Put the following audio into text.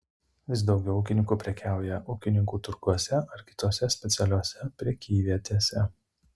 vis daugiau ūkininkų prekiauja ūkininkų turguose ar kitose specialiose prekyvietėse